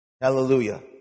Hallelujah